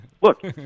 Look